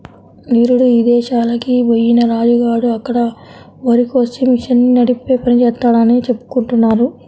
నిరుడు ఇదేశాలకి బొయ్యిన రాజు గాడు అక్కడ వరికోసే మిషన్ని నడిపే పని జేత్తన్నాడని చెప్పుకుంటున్నారు